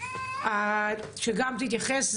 שגם תתייחס,